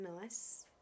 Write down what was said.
nice